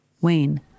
Wayne